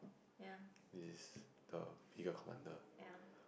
is the bigger commander